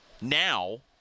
now